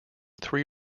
three